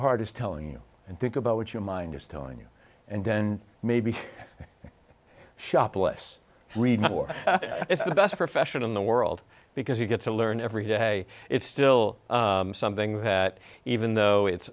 heart is telling you and think about what your mind is telling you and then maybe shop less read more about the profession in the world because you get to learn every day it's still something that even though